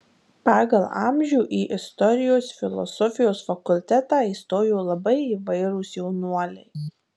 pagal amžių į istorijos filosofijos fakultetą įstojo labai įvairūs jaunuoliai